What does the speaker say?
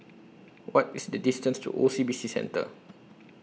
What IS The distance to O C B C Centre